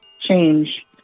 change